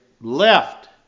left